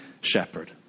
shepherd